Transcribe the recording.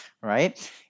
Right